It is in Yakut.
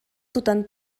тутан